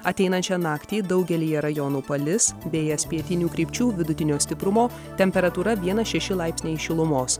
ateinančią naktį daugelyje rajonų palis vėjas pietinių krypčių vidutinio stiprumo temperatūra vienas šeši laipsniai šilumos